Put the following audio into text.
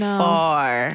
far